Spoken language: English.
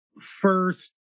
first